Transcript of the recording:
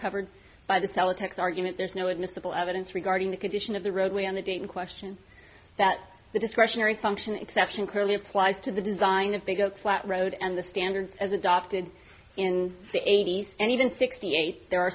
covered by the teletext argument there is no admissible evidence regarding the condition of the roadway on the date in question that the discretionary function exception clearly applies to the design of big oak flat road and the standards as adopted in the eighty's and even sixty eight there are